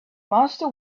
master